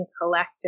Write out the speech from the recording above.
collector